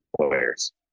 players